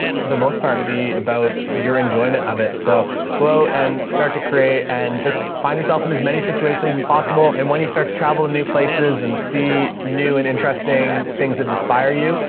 for the most part be about your enjoyment of it. so go and start to create and just find yourself in as many situations as possible. and when you start to travel to new places and see new and interesting things that inspire you,